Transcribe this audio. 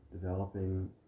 developing